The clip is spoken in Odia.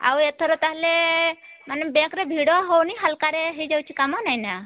ଆଉ ଏଥର ତା'ହେଲେ ମାନେ ବ୍ୟାଙ୍କ୍ରେ ଭିଡ଼ ହେଉନି ହାଲୁକାରେ ହେଇଯାଉଛି କାମ ନାଇଁନା